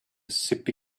sippy